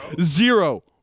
zero